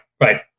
right